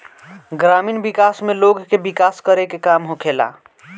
ग्रामीण विकास में लोग के विकास करे के काम होखेला